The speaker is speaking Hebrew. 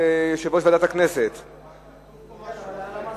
הצעת ועדת הכנסת להעביר את הצעת חוק "גלי צה"ל" שידורי רדיו של צבא-הגנה